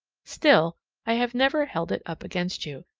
still i have never held it up against you,